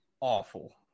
awful